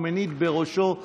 הוא מניד בראשו.